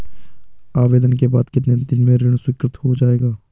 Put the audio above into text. आवेदन के बाद कितने दिन में ऋण स्वीकृत हो जाएगा?